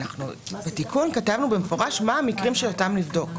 בתיקון כתבנו במפורש מה המקרים שאותם נבדוק,